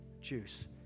juice